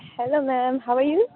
hello ma'am how આયુ